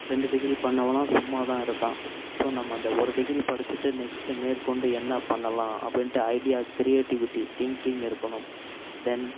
ரெண்டு டிகிரி பண்ணவன்லாம் சும்மாதான் இருக்கான் ஸோ நம்ம அந்த ஒரு டிகிரி படிச்சுட்டு நெக்ஸ்ட்டு மேற்கொண்டு என்ன பண்ணலாம் அப்படின்ட்டு ஐடியா கிரியேட்டிவிட்டி திங்கிங் இருக்கணும் தென்